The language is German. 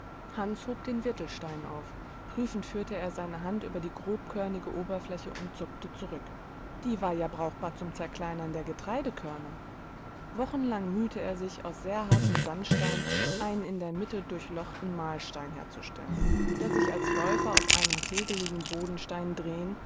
hans hob den wirtelstein auf prüfend führte er seine hand über die grobkörnige oberfläche und zuckte zurück die war ja brauchbar zum zerkleinern der getreidekörner wochenlang mühte er sich aus sehr hartem sandstein einen in der mitte durchlochten mahlstein herzustellen der sich als läufer auf einem kegeligen